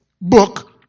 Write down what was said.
book